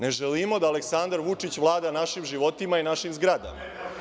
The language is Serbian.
Ne želimo da Aleksandar Vučić vlada našim životima i našim zgradama.